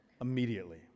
Immediately